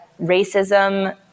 racism